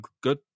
good